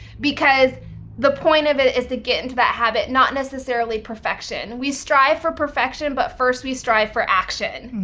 because the point of it is to get into that habit, not necessarily perfection. we strive for perfection, but first we strive for action.